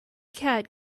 cat